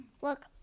look